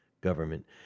government